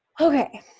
Okay